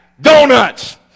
donuts